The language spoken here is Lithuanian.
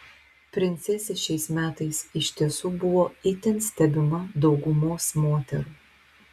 princesė šiais metais iš tiesų buvo itin stebima daugumos moterų